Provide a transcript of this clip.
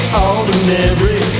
ordinary